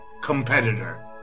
competitor